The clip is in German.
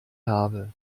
habe